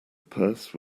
purse